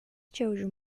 children